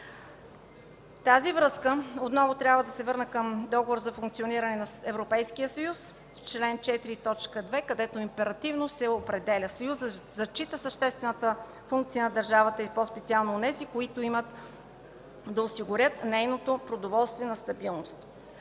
тази връзка, отново трябва да се върна към Договора за функциониране на Европейския съюз, чл. 4, т. 2, където императивно се определя: „Съюзът зачита съществената функция на държавата и по-специално онези, които имат да осигурят нейната продоволствена стабилност”.